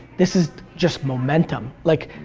this is just momentum. like,